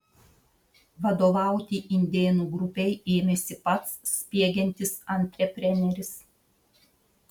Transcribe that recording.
vadovauti indėnų grupei ėmėsi pats spiegiantis antrepreneris